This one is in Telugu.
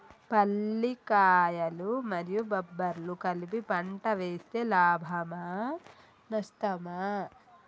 పల్లికాయలు మరియు బబ్బర్లు కలిపి పంట వేస్తే లాభమా? నష్టమా?